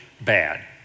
bad